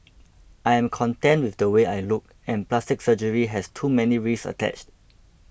I am content with the way I look and plastic surgery has too many risks attached